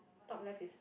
top left is